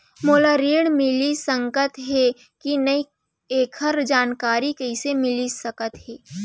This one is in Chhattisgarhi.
मोला ऋण मिलिस सकत हे कि नई एखर जानकारी कइसे मिलिस सकत हे?